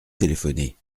téléphoné